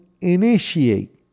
initiate